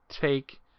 take